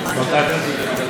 גברתי היושבת-ראש,